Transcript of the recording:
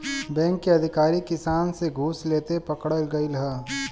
bank के अधिकारी किसान से घूस लेते पकड़ल गइल ह